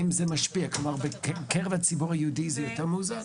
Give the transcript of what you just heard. בקרב הציבור היהודי זה יותר מאוזן?